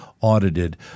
audited